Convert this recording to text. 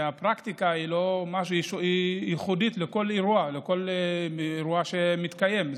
הפרקטיקה ייחודית לכל אירוע, לכל אירוע שמתקיים.